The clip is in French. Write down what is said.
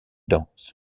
danse